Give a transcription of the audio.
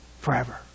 forever